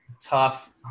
tough